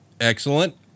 Excellent